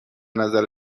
نظر